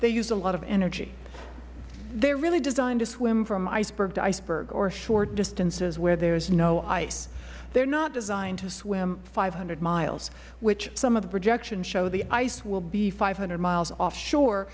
they use a lot of energy they are really designed to swim from iceberg to iceberg or short distances where there is no ice they are not designed to swim five hundred miles which some of the projections show the ice will be five hundred miles offshore